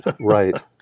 right